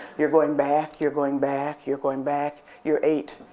you're going back, you're going back, you're going back. you're eight,